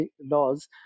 laws